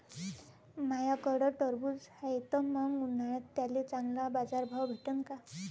माह्याकडं टरबूज हाये त मंग उन्हाळ्यात त्याले चांगला बाजार भाव भेटन का?